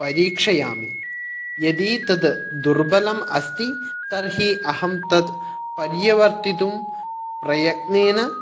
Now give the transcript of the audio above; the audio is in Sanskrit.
परीक्षयामि यदी तद् दुर्बलम् अस्ति तर्हि अहं तत् परिवर्तितुं प्रयत्नेन